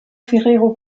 ferrero